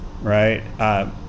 right